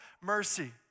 mercy